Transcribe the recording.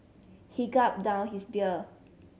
he gulped down his beer